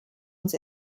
uns